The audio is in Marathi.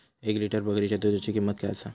एक लिटर बकरीच्या दुधाची किंमत काय आसा?